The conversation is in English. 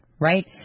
right